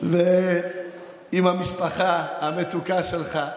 ועם המשפחה המתוקה שלך,